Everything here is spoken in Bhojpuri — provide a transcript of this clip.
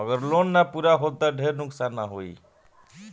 अगर लोन ना पूरा होई त ढेर नुकसान ना होई